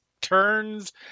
turns